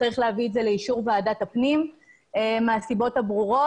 שצריך להביא את זה לאישור ועדת הפנים והגנת הסביבה מהסיבות הברורות.